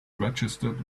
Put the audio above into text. registered